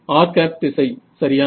r திசை சரியா